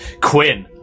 quinn